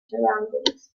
surroundings